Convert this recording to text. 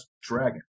dragon